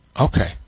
Okay